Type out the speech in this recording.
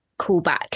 callback